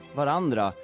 varandra